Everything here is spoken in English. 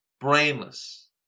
brainless